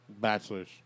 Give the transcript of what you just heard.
Bachelors